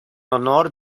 honor